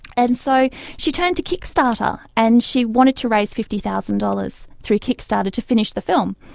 and so she turned to kickstarter, and she wanted to raise fifty thousand dollars through kickstarter to finish the film.